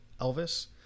elvis